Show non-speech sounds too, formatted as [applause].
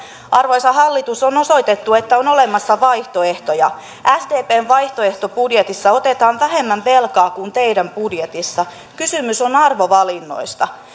arvoisa hallitus on osoitettu että on olemassa vaihtoehtoja sdpn vaihtoehtobudjetissa otetaan vähemmän velkaa kuin teidän budjetissanne kysymys on arvovalinnoista [unintelligible]